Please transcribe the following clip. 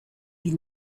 wie